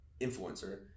influencer